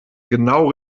genau